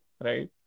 right